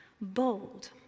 Bold